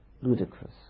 ludicrous